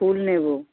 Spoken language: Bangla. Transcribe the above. ফুল নেবো